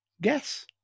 Guess